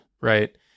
right